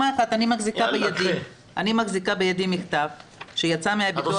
אני מחזיקה בידי מכתב שיצא מהביטוח הלאומי.